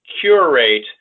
curate